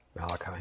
Malachi